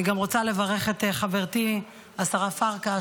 אני גם רוצה לברך את חברתי השרה פרקש,